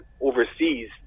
overseas